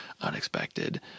unexpected